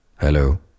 hello